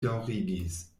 daŭrigis